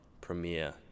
premiere